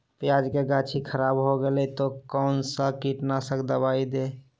प्याज की गाछी खराब हो गया तो कौन सा कीटनाशक दवाएं दे?